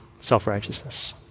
self-righteousness